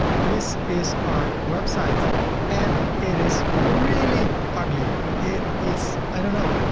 this is our website and it is really ugly. it is, i don't know,